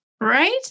Right